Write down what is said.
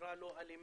חברה לא אלימה